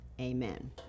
Amen